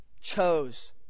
chose